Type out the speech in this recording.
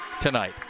tonight